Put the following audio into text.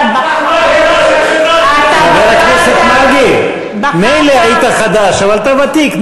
חבר הכנסת מרגי, מילא היית חדש, אבל אתה ותיק.